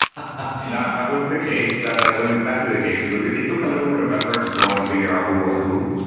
ah that was the case. that that was exactly the case because it it took a little bit of effort to go and figure out who was who.